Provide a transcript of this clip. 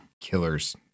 killers